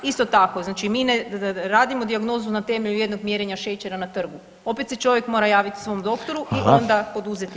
Isto tako, znači mi ne radimo dijagnozu na temelju jednog mjerenja šećera na trgu, opet se čovjek mora javit svom doktoru i onda poduzeti